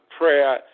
prayer